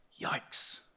Yikes